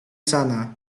sana